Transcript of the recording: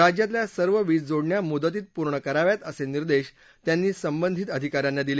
राज्यातल्या सर्व वीज जोडण्या मुदतीत पूर्ण कराव्यात असे निर्देश त्यांनी संबंधित अधिकार्यांना दिले